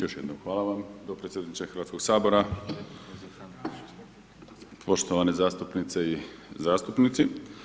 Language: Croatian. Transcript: Još jednom hvala potpredsjedniče Hrvatskoga sabora, poštovane zastupnice i zastupnici.